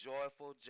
Joyful